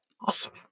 awesome